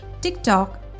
TikTok